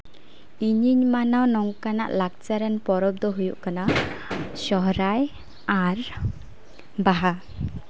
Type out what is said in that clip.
ᱤᱧᱤᱧ ᱢᱟᱱᱟᱣ ᱱᱚᱝᱠᱟᱱᱟᱜ ᱞᱟᱠᱪᱟᱨᱟᱱ ᱯᱚᱨᱚᱵᱽ ᱫᱚ ᱦᱩᱭᱩᱜ ᱠᱟᱱᱟ ᱥᱚᱦᱨᱟᱭ ᱟᱨ ᱵᱟᱦᱟ